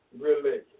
religion